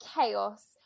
chaos